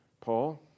Paul